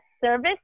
service